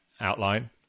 outline